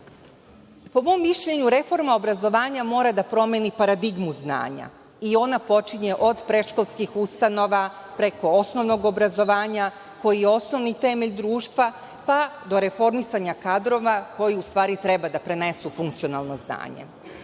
mom mišljenju, reforma obrazovanja mora da promeni paradigmu znanja i ona počinje od predškolskih ustanova, preko osnovnog obrazovanja koji je osnovni temelj društva, pa do reformisanja kadrova koji u stvari treba da prenesu funkcionalno